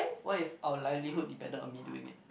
what if our livelihood dependent on me doing it